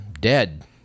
dead